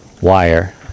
wire